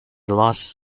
lost